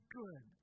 good